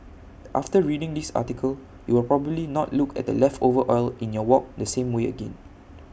after reading this article you will probably not look at the leftover oil in your wok the same way again